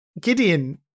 Gideon